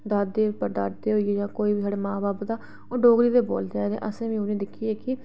दादे परदादे होइये जां साढ़े मां बब्ब तां ओह् डोगरी गै बोलदे तां असें उ'नेंगी दिक्खी